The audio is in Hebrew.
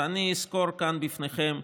אני אסקור כאן בפניכם,